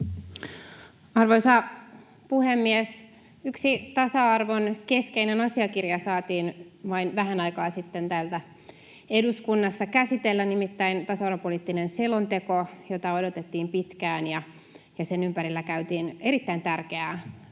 Arvoisa puhemies! Yksi tasa-arvon keskeinen asiakirja saatiin vain vähän aikaa sitten täällä eduskunnassa käsitellä, nimittäin tasa-arvopoliittinen selonteko, jota oli odotettu pitkään, ja sen ympärillä käytiin erittäin tärkeää